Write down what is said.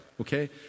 Okay